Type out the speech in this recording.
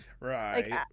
Right